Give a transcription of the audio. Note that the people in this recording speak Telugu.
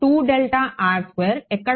2r2 ఎక్కడ ఉండాలి